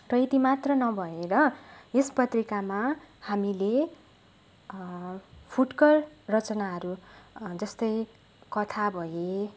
र यति मात्र नभएर यस पत्रिकामा हामीले फुटकर रचनाहरू जस्तै कथा भए